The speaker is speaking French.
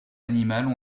animales